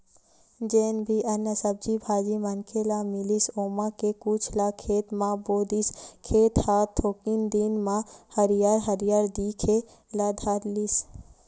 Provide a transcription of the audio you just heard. जेन भी अन्न, सब्जी भाजी मनखे ल मिलिस ओमा के कुछ ल खेत म बो दिस, खेत ह थोकिन दिन म हरियर हरियर दिखे ल धर लिस